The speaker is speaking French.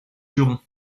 juron